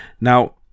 Now